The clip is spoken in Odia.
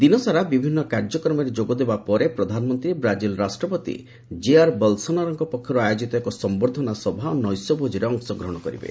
ଦିନସାରା ବିଭିନ୍ନ କାର୍ଯ୍ୟକ୍ରମରେ ଯୋଗଦେବା ପରେ ପ୍ରଧାନମନ୍ତ୍ରୀ ବ୍ରାଜିଲ ରାଷ୍ଟ୍ରପତି କେଆର ବଲସୋନାରୋଙ୍କ ପକ୍ଷରୁ ଆୟୋଜିତ ଏକ ସମ୍ବର୍ଦ୍ଧନା ସଭା ଓ ନୈଶ୍ୟ ଭୋଜିରେ ଅଂଶଗ୍ରହଣ କରିବେ